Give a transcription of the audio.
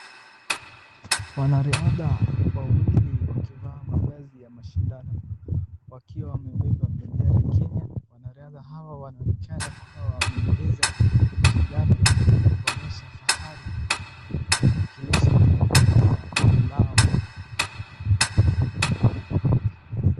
Wanariadha wawili wakivaa mavazi ya mashindano wakiwa wamebeba bendera ya Kenya. wanariadha hawa wanaonekana kuwa wamemaliza mashindano na kuonyesha fahari ya kuwakilisha taifa lao.